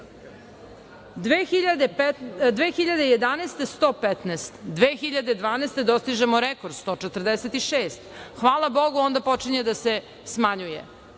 2011. – 115, 2012. – dostižemo rekord, 146, hvala Bogu, onda počinje da se smanjuje,